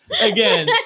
again